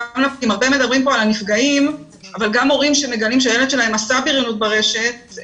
הורים שמגלים שהילד שלהם עשה בריונות ברשת,